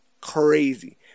Crazy